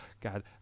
God